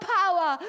power